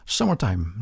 Summertime